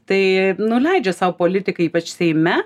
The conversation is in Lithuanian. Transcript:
tai nu leidžia sau politikai ypač seime